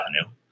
Avenue